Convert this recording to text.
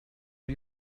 und